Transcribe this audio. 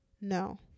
No